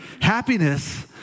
Happiness